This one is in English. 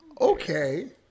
okay